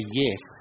yes